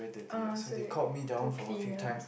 uh so they to clean lah